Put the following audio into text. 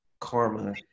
karma